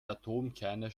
atomkerne